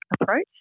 approach